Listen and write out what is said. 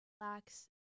relax